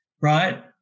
Right